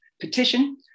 petition